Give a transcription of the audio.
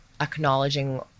acknowledging